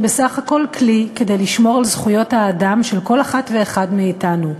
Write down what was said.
היא בסך הכול כלי כדי לשמור על זכויות האדם של כל אחת ואחד מאתנו,